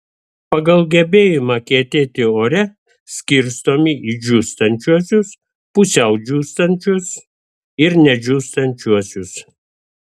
pagal gebėjimą kietėti ore skirstomi į džiūstančiuosius pusiau džiūstančius ir nedžiūstančiuosius